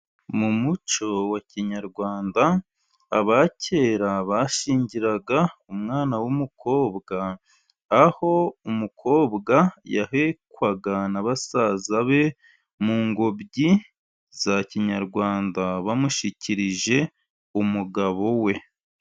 Mu mucyo wa kinyarwanda, aba kera bashingiraga umwana w'umukobwa, aho umukobwa yahekwaga na basaza be mu ngobyi za kinyarwanda, bamushyikirije umugabo we.